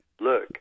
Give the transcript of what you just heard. look